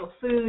food